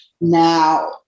Now